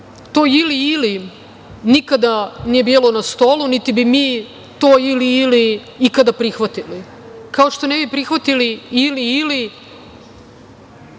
To ili-ili nikada nije bilo na stolu, niti bi mi to ili-ili ikada prihvatili, kao što ne bi prihvatili ili-ili